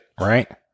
right